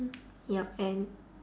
yup and